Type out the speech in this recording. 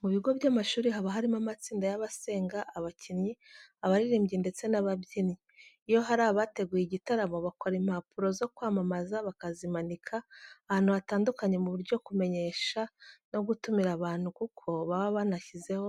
Mu bigo by'amashuri haba harimo amatsinda y'abasenga, abakinnyi, abaririmbyi ndetse n'ababyinnyi. Iyo hari abateguye igitaramo bakora impapuro zo kwamamaza bakazimanika ahantu hatandukanye mu buryo kumenyesha no gutumira abantu kuko baba banashyizeho